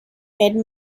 haired